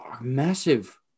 massive